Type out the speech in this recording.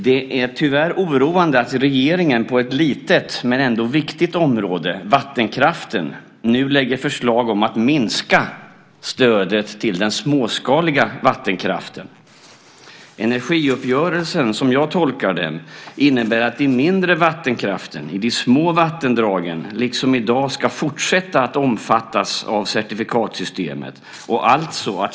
Det är tyvärr oroande att regeringen på ett litet men ändå viktigt område, vattenkraften, nu lägger förslag om att minska stödet till den småskaliga vattenkraften. Energiuppgörelsen, som jag tolkar den, innebär att de mindre vattenkraftverken i de små vattendragen, liksom i dag, ska fortsätta att omfattas av certifikatsystemet.